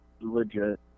legit